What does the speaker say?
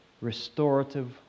restorative